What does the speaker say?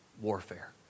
warfare